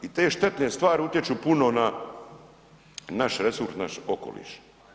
I te štetne stvari utječu puno na naš resurs, naš okoliš.